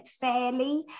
fairly